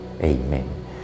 amen